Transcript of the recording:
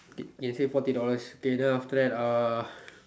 save forty okay then after that uh